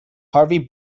harvey